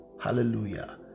...hallelujah